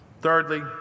Thirdly